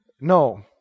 No